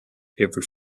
every